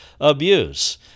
abuse